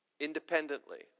independently